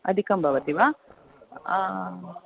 अधिकं भवति वा